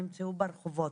נמצאו ברחובות,